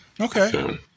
Okay